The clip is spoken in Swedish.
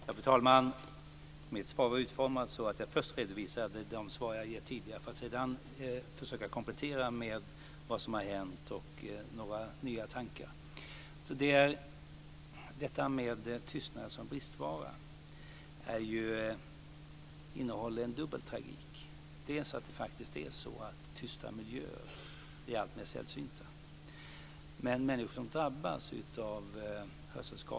Fru talman! Mitt svar är utformat så att jag först redovisade de svar jag givit tidigare för att sedan försöka komplettera med vad som har hänt och med några nya tankar. Detta med tystnaden som bristvara innehåller en dubbel tragik. Dels är det faktiskt så att tysta miljöer blir alltmer sällsynta.